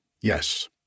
Yes